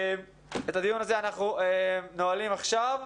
את הדיון הזה אנחנו נועלים עכשיו.